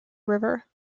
river